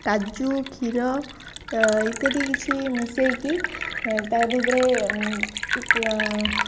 କାଜୁ କ୍ଷୀର ଇତ୍ୟାଦି କିଛି ମିଶେଇକି ତା ଭିତରେ